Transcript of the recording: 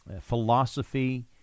philosophy